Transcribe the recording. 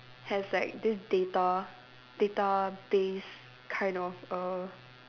has like this data database kind of err